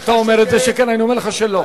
אתה אומר שכן, אני אומר לך שלא.